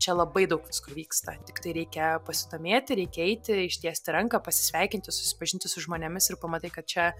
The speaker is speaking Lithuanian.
čia labai daug visko vyksta tiktai reikia pasidomėti reikia eiti ištiesti ranką pasisveikinti susipažinti su žmonėmis ir pamatai kad čia